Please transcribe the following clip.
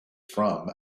from